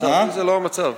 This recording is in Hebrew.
לצערי זה לא המצב.